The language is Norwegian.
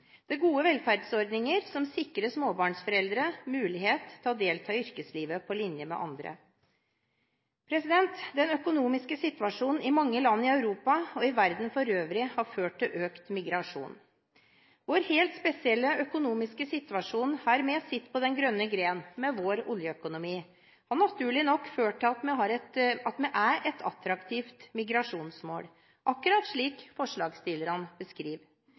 Det er gode velferdsordninger som sikrer småbarnsforeldre mulighet til å delta i yrkeslivet på linje med andre. Den økonomiske situasjonen i mange land i Europa og i verden for øvrig har ført til økt migrasjon. Vår helt spesielle økonomiske situasjon, her vi sitter på den grønne gren med vår oljeøkonomi, har naturlig nok ført til at vi er et attraktivt migrasjonsmål, akkurat slik forslagsstillerne beskriver.